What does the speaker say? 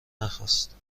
نخواست